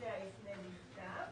שהנוסע יפנה בכתב